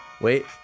wait